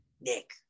Nick